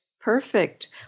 perfect